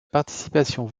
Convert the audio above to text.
participation